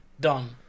Done